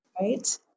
Right